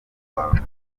wawe